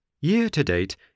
Year-to-date